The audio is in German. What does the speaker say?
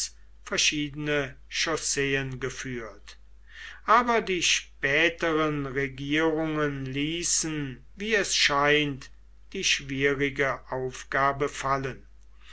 verschiedene chausseen geführt aber die späteren regierungen ließen wie es scheint die schwierige aufgabe fallen